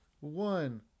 One